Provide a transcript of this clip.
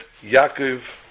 Yaakov